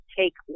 take